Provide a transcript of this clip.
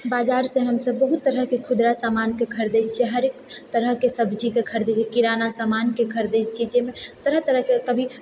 बाजारसँ हमसभ बहुत तरहके खुदरा सामानकेँ खरीदैत छियै हरेक तरहके सब्जीकेँ खरीदैत छियै किराना सामानकेँ खरीदैत छियै जाहिमे तरह तरहके कभी